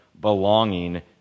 belonging